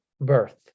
birth